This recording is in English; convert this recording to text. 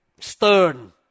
stern